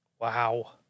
Wow